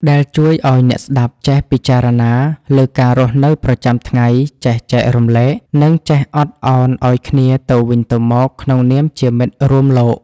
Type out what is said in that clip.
ដែលជួយឱ្យអ្នកស្តាប់ចេះពិចារណាលើការរស់នៅប្រចាំថ្ងៃ ចេះចែករំលែក និងចេះអត់ឱនឱ្យគ្នាទៅវិញទៅមកក្នុងនាមជាមិត្តរួមលោក។